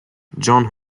john